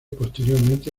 posteriormente